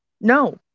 No